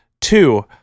Two